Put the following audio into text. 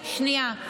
שנייה.